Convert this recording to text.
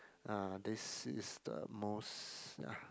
uh this is the most ya